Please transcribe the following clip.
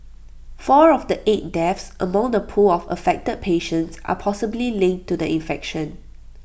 four of the eight deaths among the pool of affected patients are possibly linked to the infection